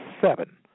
seven